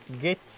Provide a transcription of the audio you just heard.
get